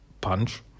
punch